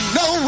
no